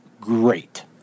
great